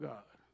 God